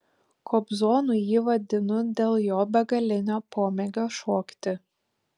kobzonu jį vadinu dėl jo begalinio pomėgio šokti